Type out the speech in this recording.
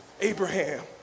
Abraham